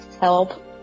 help